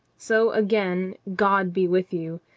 so again, god be with you.